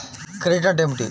Credit అంటే ఏమిటి?